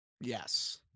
Yes